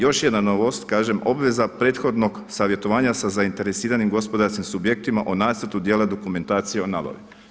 Još jedna novost, obveza prethodnog savjetovanja sa zainteresiranim gospodarskim subjektima o nacrtu dijela dokumentacije o nabavi.